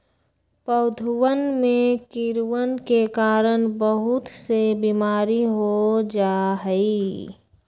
पौधवन में कीड़वन के कारण बहुत से बीमारी हो जाहई